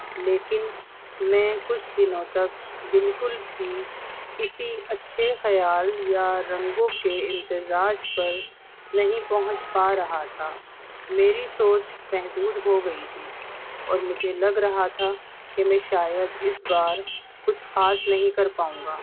لیکن میں کچھ دنوں تک بالکل بھی کسی اچھے خیال یا رنگوں کے امتزاج پر نہیں پہنچ پا رہا تھا میری سوچ محدود ہو گئی تھی اور مجھے لگ رہا تھا کہ میں شاید اس بار کچھ خاص نہیں کر پاؤں گا